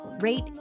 rate